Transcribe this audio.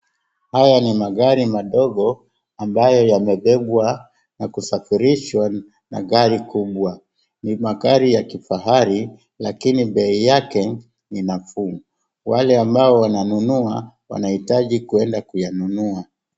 Haya ni magari madogo ambayo yamebebwa na kusafirishwa na gari kubwa. Ni magari ya kifahari lakini bei yake ni nafuu. Wale ambao wananunua wanahitaji kuenda kuyanunua.